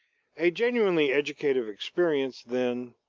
a genuinely educative experience, then,